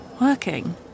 Working